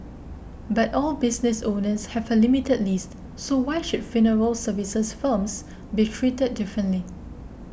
but all business owners have a limited lease so why should funeral services firms be treated differently